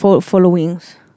Followings